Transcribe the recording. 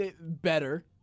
Better